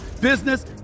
business